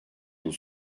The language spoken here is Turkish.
yıl